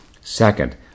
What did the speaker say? Second